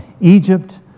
Egypt